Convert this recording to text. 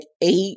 eight